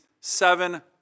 seven